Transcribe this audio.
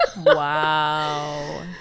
Wow